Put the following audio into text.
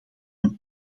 een